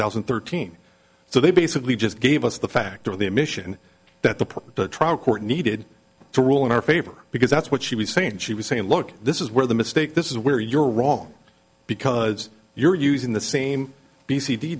thousand and thirteen so they basically just gave us the factor of the admission that the trial court needed to rule in our favor because that's what she was saying and she was saying look this is where the mistake this is where you're wrong because you're using the same b c d